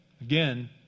Again